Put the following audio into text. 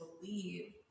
believe